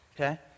okay